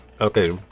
Okay